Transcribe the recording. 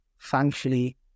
thankfully